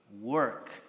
work